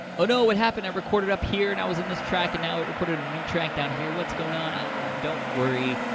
oh no, what happened? i recorded up here and i was in this track and now it recorded and a new track down here. what's going on, ah? don't worry,